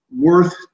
worth